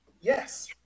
Yes